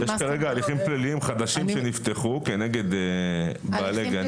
יש כרגע הליכים פליליים חדשים שנפתחו כנגד בעלי גנים.